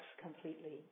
completely